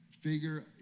figure